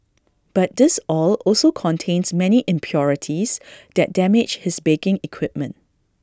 but this oil also contains many impurities that damage his baking equipment